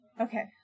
Okay